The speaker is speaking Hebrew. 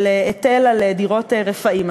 של היטל על דירות רפאים,